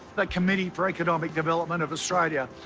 the committee for economic development of australia,